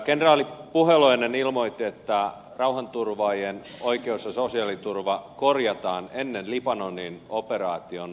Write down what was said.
kenraali puheloinen ilmoitti että rauhanturvaajien oikeus ja sosiaaliturva korjataan ennen libanonin operaation alkua